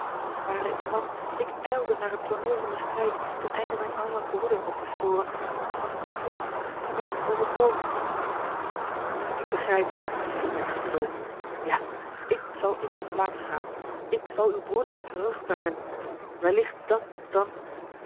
ware ik man ik ijlde naar het tooneel van den strijd ten einde mijn armen broeder op te sporen want ik gevoel het hem is iets overkomen ik begrijp u riep hij opgetogen ja ik zal in uwe plaats gaan ik zal uw broeder terugbrengen welligt dat dan